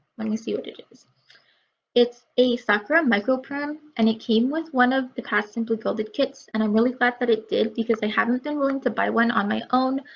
me see what it is it's a sakura microperm and it came with one of the past simply gilded kits and i'm really glad that it did because i haven't been willing to buy one on my own.